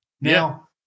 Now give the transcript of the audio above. Now